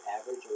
average